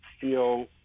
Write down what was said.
feel